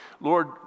Lord